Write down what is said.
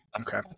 Okay